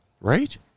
Right